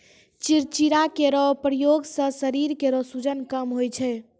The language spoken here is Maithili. चिंचिड़ा केरो प्रयोग सें शरीर केरो सूजन कम होय छै